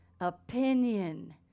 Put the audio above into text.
Opinion